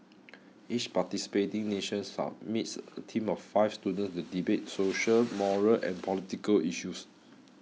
each participating nation submits a team of five students to debate social moral and political issues